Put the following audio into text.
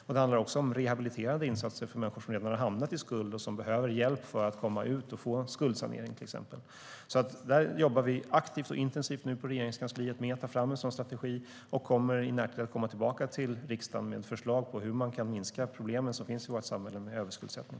Men det handlar också om rehabiliterande insatser för människor som redan hamnat i skuld och som exempelvis behöver hjälp att få skuldsanering. Vi jobbar nu aktivt och intensivt på Regeringskansliet med att ta fram en sådan strategi, och vi kommer i närtid tillbaka till riksdagen med förslag på hur man kan minska de problem med överskuldsättning som finns i vårt samhälle.